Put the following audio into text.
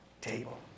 table